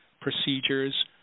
procedures